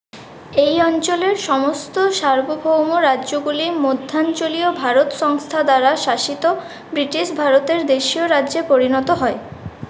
এই অঞ্চলের সমস্ত সার্বভৌম রাজ্যগুলি মধ্যাঞ্চলীয় ভারত সংস্থা দ্বারা শাসিত ব্রিটিশ ভারতের দেশীয় রাজ্যে পরিণত হয়